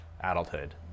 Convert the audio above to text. adulthood